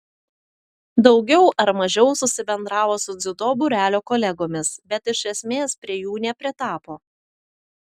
daugiau ar mažiau susibendravo su dziudo būrelio kolegomis bet iš esmės prie jų nepritapo